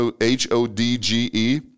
H-O-D-G-E